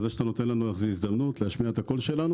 על זה שאתה נותן לנו הזדמנות להשמיע את הקול שלנו